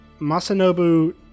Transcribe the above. Masanobu